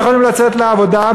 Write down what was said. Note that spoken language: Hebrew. לא יכולים לצאת לעבודה,